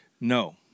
No